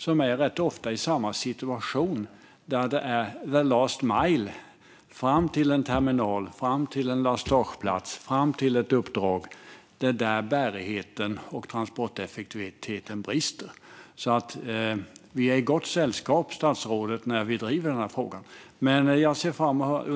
Dessa är ju rätt ofta i samma situation där det handlar om the last mile - fram till en terminal, fram till en lastageplats, fram till ett uppdrag. Det är där bärigheten och transporteffektiviteten brister. Vi är alltså i gott sällskap, statsrådet, när vi driver den här frågan. Men jag ser fram emot att få höra när,